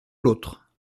l’autre